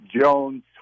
jones